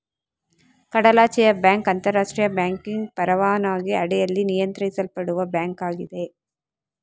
ಕಡಲಾಚೆಯ ಬ್ಯಾಂಕ್ ಅಂತರಾಷ್ಟ್ರೀಯ ಬ್ಯಾಂಕಿಂಗ್ ಪರವಾನಗಿ ಅಡಿಯಲ್ಲಿ ನಿಯಂತ್ರಿಸಲ್ಪಡುವ ಬ್ಯಾಂಕ್ ಆಗಿದೆ